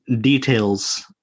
details